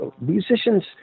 musicians